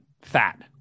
fat